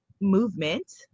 movement